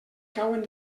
cauen